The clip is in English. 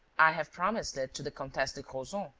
i have promised it to the comtesse de crozon.